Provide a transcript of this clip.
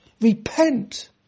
Repent